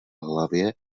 hlavě